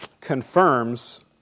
confirms